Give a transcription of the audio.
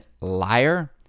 liar